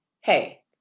Hey